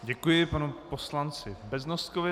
Děkuji panu poslanci Beznoskovi.